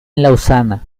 lausana